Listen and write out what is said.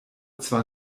zwar